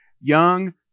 Young